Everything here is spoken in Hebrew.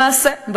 למעשה,